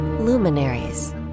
luminaries